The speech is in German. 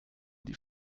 die